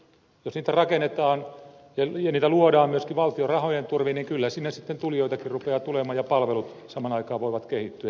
jos niitä rakennetaan ja niitä luodaan myöskin valtion rahojen turvin niin kyllä sinne sitten tulijoitakin rupeaa tulemaan ja palvelut samaan aikaan voivat kehittyä